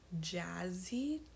jazzy